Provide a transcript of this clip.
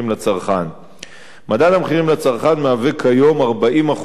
מדד המחירים לצרכן מהווה כיום 40% ממדד יוקר הבריאות.